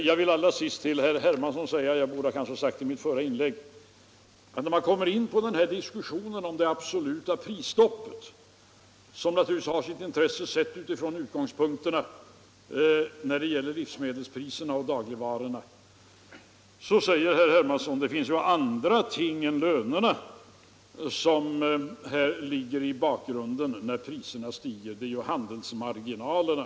Jag vill sedan vända mig till herr Hermansson — jag kanske borde ha gjort det i mitt förra inlägg. I diskussionen om det absoluta prisstoppet - som naturligtvis har sitt intresse när det gäller livsmedelspriserna och dagligvarorna — säger herr Hermansson att det finns ju andra ting än löner som ligger i bakgrunden när priserna stiger; det är handelsmarginalerna.